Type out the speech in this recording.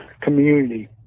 community